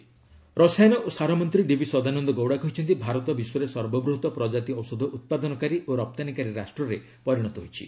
pharma sector growth ରସାୟନ ଓ ସାର ମନ୍ତ୍ରୀ ଡିଭି ସଦାନନ୍ଦ ଗୌଡ଼ା କହିଚ୍ଚନ୍ତି ଭାରତ ବିଶ୍ୱରେ ସର୍ବବୃହତ ପ୍ରଜାତି ଔଷଧ ଉତ୍ପାଦନକାରୀ ଓ ରପ୍ତାନୀକାରୀ ରାଷ୍ଟ୍ରରେ ପରିଣତ ହୋଇଛି